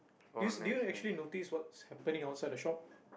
do you s~ do you actually notice what's happening outside the shop